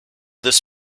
this